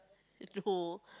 no